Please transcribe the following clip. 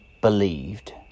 believed